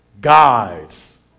guides